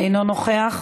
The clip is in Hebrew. אינו נוכח.